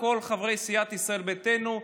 כל חברי סיעת ישראל ביתנו,